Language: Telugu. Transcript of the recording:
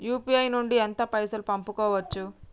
యూ.పీ.ఐ నుండి ఎంత పైసల్ పంపుకోవచ్చు?